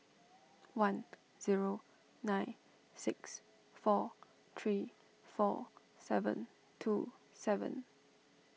one zero nine six four three four seven two seven